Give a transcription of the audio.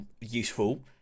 useful